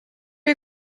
you